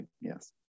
yes